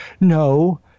No